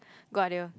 good idea